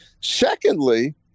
Secondly